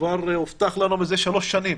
כבר הובטח לנו מזה שלוש שנים